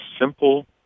simple